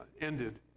ended